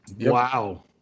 Wow